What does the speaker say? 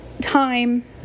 time